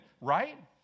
right